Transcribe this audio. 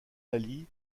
laly